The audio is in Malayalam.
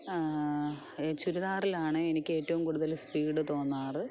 ചുരിദാറിലാണ് എനിക്ക് ഏറ്റവും കൂടുതൽ സ്പീഡ് തോന്നാറ്